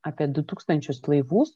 apie du tūkstančius laivų